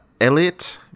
Elliot